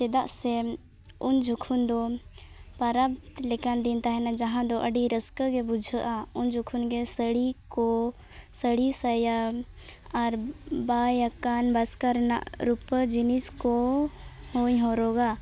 ᱪᱮᱫᱟᱜ ᱥᱮ ᱩᱱ ᱡᱚᱠᱷᱚᱱᱫᱚ ᱯᱟᱨᱟᱵᱽ ᱞᱮᱠᱟᱱ ᱫᱤᱱ ᱛᱟᱦᱮᱱᱟ ᱡᱟᱦᱟᱸᱫᱚ ᱟᱹᱰᱤ ᱨᱟᱹᱥᱠᱟᱹᱜᱮ ᱵᱩᱡᱷᱟᱹᱜᱼᱟ ᱩᱱ ᱡᱚᱠᱷᱚᱱᱜᱮ ᱥᱟᱹᱲᱤᱠᱚ ᱥᱟᱹᱲᱤᱼᱥᱟᱭᱟ ᱟᱨ ᱵᱟᱭᱟᱠᱟᱱ ᱵᱟᱥᱠᱟ ᱨᱮᱱᱟᱜ ᱨᱩᱯᱟᱹ ᱡᱤᱱᱤᱥᱠᱚᱦᱚᱸᱧ ᱦᱚᱨᱚᱜᱟ